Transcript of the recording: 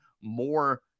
more